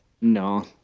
No